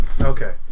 Okay